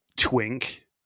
twink